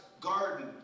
garden